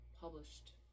published